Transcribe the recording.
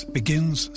begins